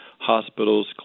hospitals